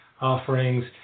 offerings